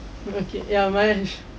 okay ya mahesh